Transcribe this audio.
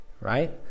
Right